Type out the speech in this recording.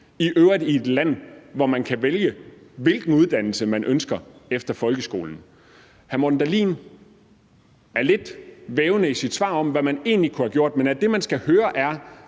i øvrigt i et land, hvor man kan vælge den uddannelse, man ønsker efter folkeskolen. Hr. Morten Dahlin er lidt vævende i sit svar på, hvad man egentlig kunne have gjort, men er det, man skulle høre, at